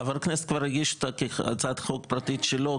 חבר הכנסת כבר הגיש הצעת חוק פרטית שלו,